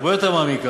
הרבה יותר מעמיקה,